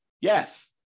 Yes